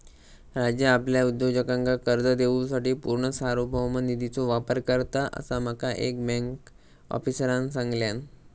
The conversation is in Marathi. राज्य आपल्या उद्योजकांका कर्ज देवूसाठी पूर्ण सार्वभौम निधीचो वापर करता, असा माका एका बँक आफीसरांन सांगल्यान